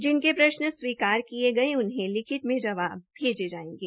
जिनके प्रशन स्वीकार किये गये उन्हें लिखित में जवाब भेजें जायेंगें